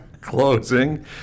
Closing